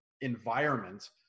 environment